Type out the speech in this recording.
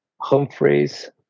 Humphreys